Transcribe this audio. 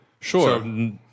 Sure